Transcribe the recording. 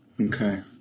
Okay